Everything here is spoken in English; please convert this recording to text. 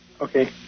Okay